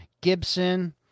Gibson